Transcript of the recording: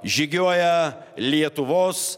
žygiuoja lietuvos